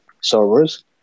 servers